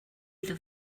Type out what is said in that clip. iddo